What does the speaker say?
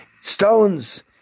Stones